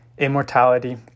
immortality